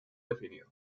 definido